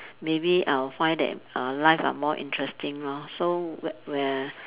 maybe I'll find that uh life are more interesting lah so w~ whe~